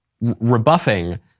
rebuffing